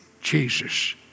Jesus